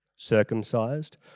Circumcised